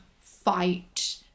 fight